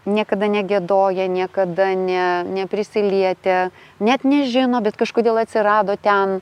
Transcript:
niekada negiedoję niekada ne neprisilietę net nežino bet kažkodėl atsirado ten